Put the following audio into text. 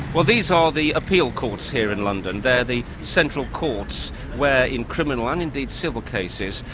well these are the appeal courts here in london. they're the central courts where in criminal and indeed civil cases,